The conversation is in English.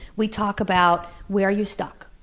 we talk about, where are you stuck?